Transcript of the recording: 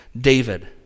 David